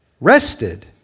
rested